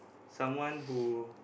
someone who